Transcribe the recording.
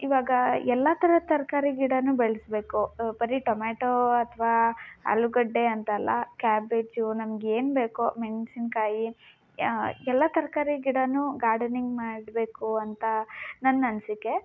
ಇವಾಗ ಎಲ್ಲ ಥರ ತರಕಾರಿ ಗಿಡವೂ ಬೆಳೆಸ್ಬೇಕು ಬರೀ ಟೊಮ್ಯಾಟೋ ಅಥವಾ ಆಲೂಗಡ್ಡೆ ಅಂತ ಅಲ್ಲ ಕ್ಯಾಬೇಜು ನಮ್ಗೇನು ಬೇಕೋ ಮೆಣಸಿನ್ಕಾಯಿ ಎಲ್ಲ ತರಕಾರಿ ಗಿಡವೂ ಗಾರ್ಡನಿಂಗ್ ಮಾಡಬೇಕು ಅಂತ ನನ್ನ ಅನಿಸಿಕೆ